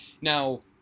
Now